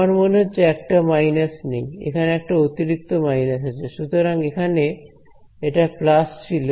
আমার মনে হচ্ছে একটা মাইনাস নেই এখানে একটা অতিরিক্ত মাইনাস আছে সুতরাং এখানে এটা প্লাস ছিল